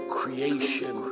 creation